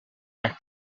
back